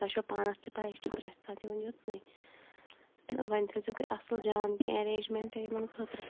تۄہہِ چھو پانَس تہِ پَاے أسۍ چھِ پرٛٮ۪تھ ساتہٕ یِوان یوٚتن وۄنۍ تھٲے زیٚو تُہۍ اَصل جان کینٛہہ ارینٛجمنٹ یِمَن خٲطرٕ